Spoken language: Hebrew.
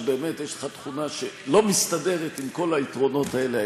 באמת יש לך תכונה שלא מסתדרת עם כל היתרונות האלה: